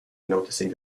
noticing